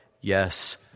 Yes